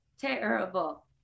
terrible